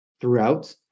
throughout